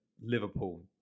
Liverpool